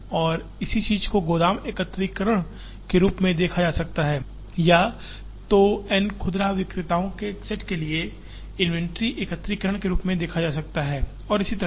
और इसी चीज को गोदाम एकत्रीकरण के रूप में देखा जा सकता है या तो N खुदरा विक्रेताओं के सेट के लिए इन्वेंट्री एकत्रीकरण के रूप में देखा जा सकता है और इसी तरह